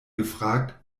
gefragt